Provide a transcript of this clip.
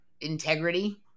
integrity